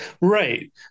Right